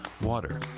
water